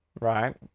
Right